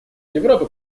европы